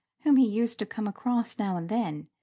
whom he used to come across now and then,